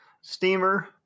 steamer